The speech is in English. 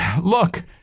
look